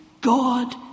God